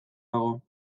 dago